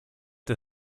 der